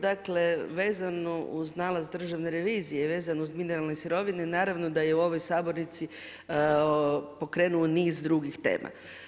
Dakle vezano uz nalaz Državne revizije, vezano uz mineralne sirovine naravno da je u ovoj sabornici pokrenuo niz drugih tema.